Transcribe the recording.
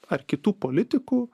ar kitų politikų